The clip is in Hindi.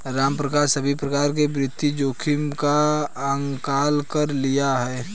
रामप्रसाद सभी प्रकार के वित्तीय जोखिम का आंकलन कर लिए है